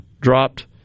dropped